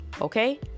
okay